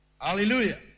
Hallelujah